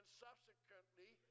subsequently